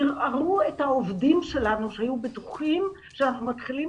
ערערו את העובדים שלנו שהיו בטוחים שאנחנו מתחילים